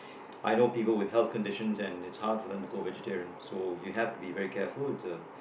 I know people with healthy condition and it's hard for them to go vegetarian so you have to be very careful